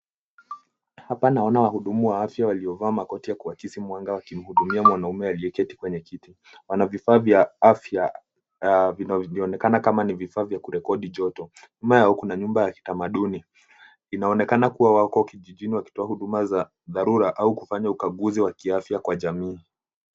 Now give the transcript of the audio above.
Hapa naona wahudumu wa afya waliovaa makoti ya kuwakisii mwanga wakimhudumia mwanaume aliyeketi kwenye kiti. Wana vifaa vya afya vinavyoonekana kama ni vifaa vya kurekodi joto. Nyuma yao kuna nyumba ya kitamaduni. Inaonekana kuwa wako kijijini wakitoa huduma za dharura au kufanya ukaguzi wa kiafya kwa jamii.